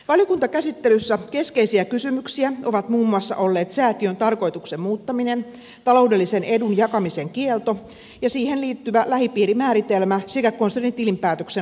valiokuntakäsittelyssä keskeisiä kysymyksiä ovat muun muassa olleet säätiön tarkoituksen muuttaminen taloudellisen edun jakamisen kielto ja siihen liittyvä lähipiirimääritelmä sekä konsernitilinpäätöksen laatiminen